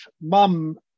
mum